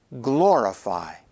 Glorify